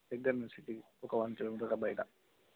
దగ్గర నుంచి సిటీ ఒక వన్ కిలోమీటర్ బయట